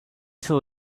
till